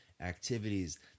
activities